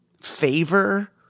favor